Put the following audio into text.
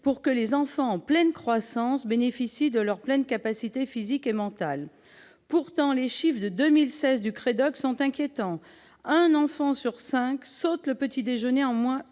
pour que les enfants en pleine croissance bénéficient de leurs entières capacités physiques et mentales. Pourtant, les chiffres de 2016 du CREDOC sont inquiétants : un enfant sur cinq saute le petit-déjeuner au moins